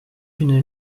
une